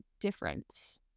difference